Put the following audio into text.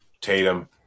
Tatum